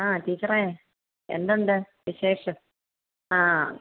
ആ ടീച്ചറേ എന്തുണ്ട് വിശേഷം ആ